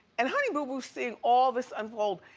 and honey boo boo's seeing all this unfold.